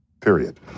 Period